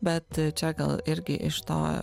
bet čia gal irgi iš to